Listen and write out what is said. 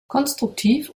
konstruktiv